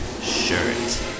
shirt